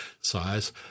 size